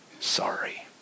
Sorry